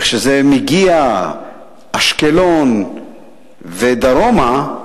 כשזה מגיע לאשקלון ודרומה,